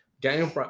Daniel